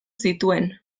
zituen